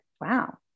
wow